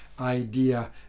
idea